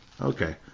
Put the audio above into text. Okay